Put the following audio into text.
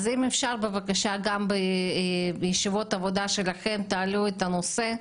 אז אם אפשר בבקשה שגם בישיבות עבודה שלכם תעלו את הנושא.